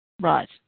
Right